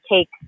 take